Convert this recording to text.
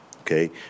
okay